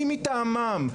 מי מטעמם?